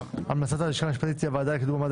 המלצת הלשכה המשפטית היא הוועדה לקידום מעמד